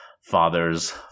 father's